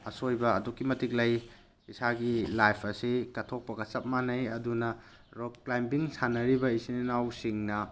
ꯑꯁꯣꯏꯕ ꯑꯗꯨꯛꯀꯤ ꯃꯇꯤꯛ ꯂꯩ ꯏꯁꯥꯒꯤ ꯂꯥꯏꯐ ꯑꯁꯤ ꯀꯠꯊꯣꯛꯄꯒ ꯆꯞ ꯃꯥꯟꯅꯩ ꯑꯗꯨꯅ ꯔꯣꯛ ꯀ꯭ꯂꯥꯏꯝꯕꯤꯡ ꯁꯥꯟꯅꯔꯤꯕ ꯏꯆꯤꯟ ꯏꯅꯥꯎꯁꯤꯡꯅ